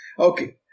Okay